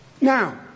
Now